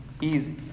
easy